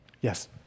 Yes